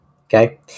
Okay